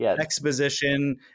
exposition